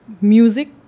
music